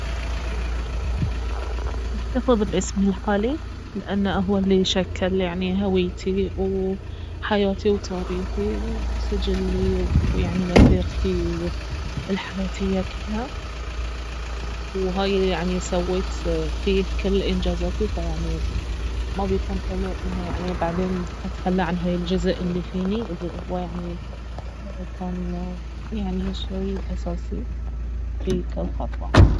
احتفظ باسمي الحالي لانه اهو الي شكّل يعني هويتي وحياتي وتاريخي وسجلي ويعني مسيرتي الحياتية كلها وهاي الي يعني سويت فيه كل إنجازاتي فيعني ما بيكون حلو انه يعني بعدين اتخلى عن هاي الجزء الي فيني الي اهو يعني كان يعني شي اساسي في كل خطوة